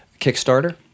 Kickstarter